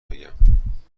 بگم